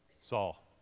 Saul